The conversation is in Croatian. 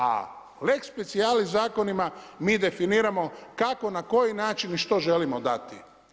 A lex specialis zakonima mi definiramo kako, na koji način i što želimo dati.